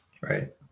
right